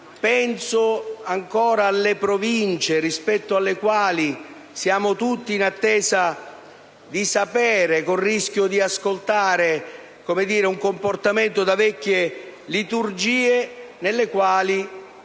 Penso ancora alle Province, rispetto alle quali siamo tutti in attesa di sapere, con il rischio di vedere un comportamento da vecchie liturgie con le quali